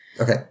Okay